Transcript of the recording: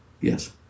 Yes